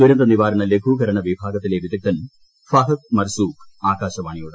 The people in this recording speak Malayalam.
ദുരന്തനിവാരണ ലഘൂകരണ വിഭാഗത്തിലെ വിദഗ്ദ്ധൻ ഫഹദ് മർസൂഖ് ആകാശവാണിയോട്